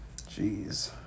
Jeez